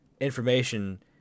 Information